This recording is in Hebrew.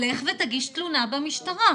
תלך ותגיש תלונה במשטרה.